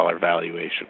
valuation